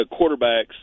quarterbacks